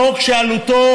חוק שעלותו